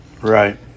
Right